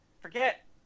forget